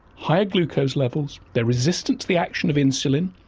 high glucose levels, they're resistant to the action of insulin,